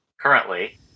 currently